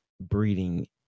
breeding